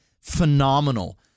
phenomenal